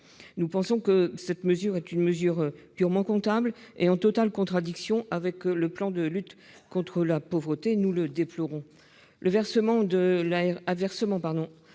trois ans dès la rentrée 2019. Cette mesure purement comptable est en totale contradiction avec le plan de lutte contre la pauvreté. Nous le déplorons.